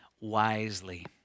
wisely